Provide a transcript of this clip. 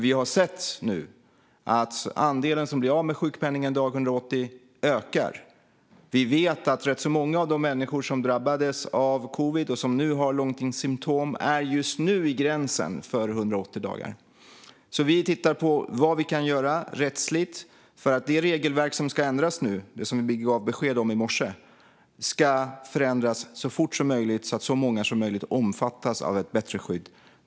Vi har nu sett att andelen som blir av med sjukpenningen dag 180 ökar. Vi vet att rätt många av de människor som drabbades av covid och nu har långtidssymtom just nu befinner sig vid 180-dagarsgränsen. Vi tittar alltså på vad vi kan göra rättsligt. Det regelverk som ska ändras nu, vilket vi gav besked om i morse, ska förändras så fort som möjligt så att så många som möjligt omfattas av ett bättre skydd.